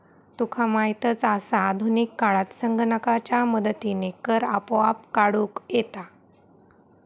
तुका माहीतच आसा, आधुनिक काळात संगणकाच्या मदतीनं कर आपोआप काढूक येता